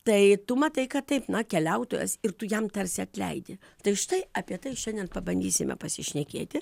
tai tu matai kad taip na keliautojas ir tu jam tarsi atleidi tai štai apie tai šiandien pabandysime pasišnekėti